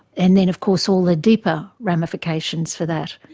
and then of course all the deeper ramifications for that.